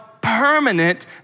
permanent